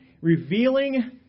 revealing